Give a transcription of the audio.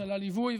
על הליווי,